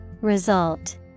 Result